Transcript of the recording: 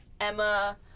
Emma